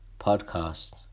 Podcast